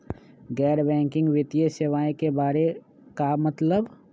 गैर बैंकिंग वित्तीय सेवाए के बारे का मतलब?